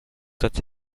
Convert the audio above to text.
that